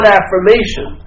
affirmation